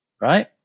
right